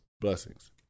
Blessings